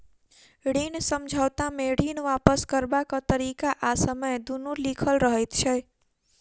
ऋण समझौता मे ऋण वापस करबाक तरीका आ समय दुनू लिखल रहैत छै